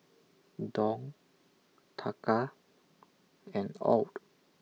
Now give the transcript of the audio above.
Dong Taka and Aud